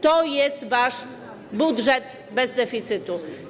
To jest wasz budżet bez deficytu.